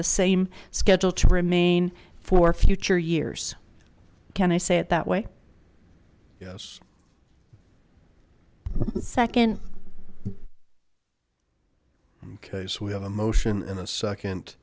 the same schedule to remain for future years can i say it that way yes the second case we have a motion in the second